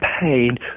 pain